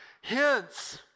Hence